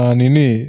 nini